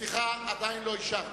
סליחה, עדיין לא אישרתי.